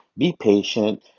be patient.